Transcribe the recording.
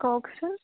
কওঁকচোন